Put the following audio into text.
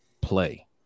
play